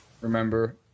remember